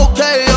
Okay